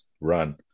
run